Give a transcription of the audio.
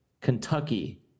Kentucky